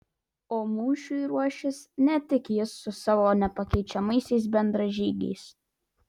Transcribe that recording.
o mūšiui ruošis ne tik jis su savo nepakeičiamaisiais bendražygiais